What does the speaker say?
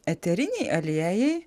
eteriniai aliejai